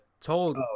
told